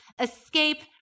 escape